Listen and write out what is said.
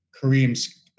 Kareem's